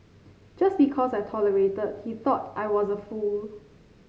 just because I tolerated he thought I was a fool